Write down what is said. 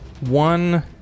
one